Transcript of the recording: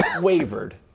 wavered